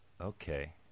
Okay